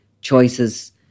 choices